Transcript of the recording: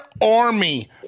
army